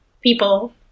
people